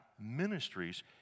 ministries